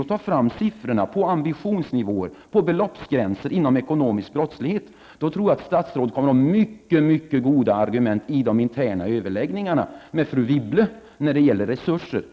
att ta fram siffror över ambitionsnivåer och beloppsgränser när det gäller den ekonomiska brottsligheten kommer hon, tror jag, att ha synnerligen goda argument i samband med de interna överläggningarna med fru Wibble om resurser.